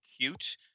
cute